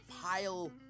pile